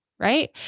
right